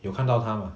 有看到他 mah